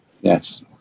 Yes. –